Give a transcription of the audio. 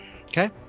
Okay